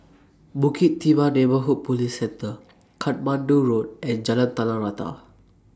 Bukit Timah Neighbourhood Police Centre Katmandu Road and Jalan Tanah Rata